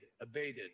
abated